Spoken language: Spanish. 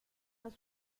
las